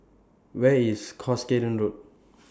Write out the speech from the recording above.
Where IS Cuscaden Road